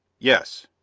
yes.